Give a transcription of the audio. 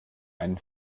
einen